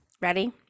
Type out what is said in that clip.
Ready